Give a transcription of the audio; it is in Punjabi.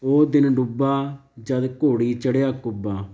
ਉਹ ਦਿਨ ਡੁੱਬਾ ਜਦ ਘੋੜੀ ਚੜ੍ਹਿਆ ਕੁੱਬਾ